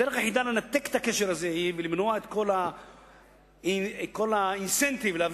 הדרך היחידה לנתק את הקשר הזה ולמנוע את כל האינסנטיב להביא